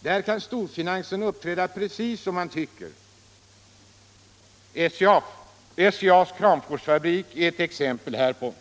Där kan storfinansen uppträda precis som den tycker. SCA:s Kramforsfabrik är ett exempel härpå.